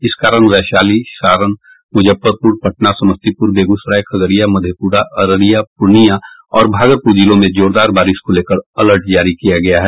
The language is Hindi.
इस कारण वैशाली सारण मुजफ्फरपुर पटना समस्तीपुर बेगूसराय खगड़िया मधेपुरा अररिया पूर्णिया और भागलपुर जिलों में जोरदार बारिश को लेकर अलर्ट जारी किया है